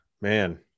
man